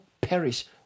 perish